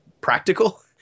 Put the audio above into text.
practical